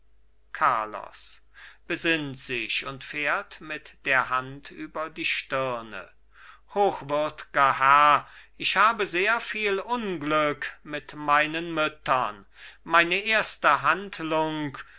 carlos besinnt sich und fährt mit der hand über die stirne hochwürdger herr ich habe sehr viel unglück mit meinen müttern meine erste handlung